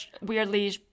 weirdly